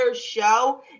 Show